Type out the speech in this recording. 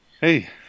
hey